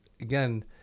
again